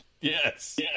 Yes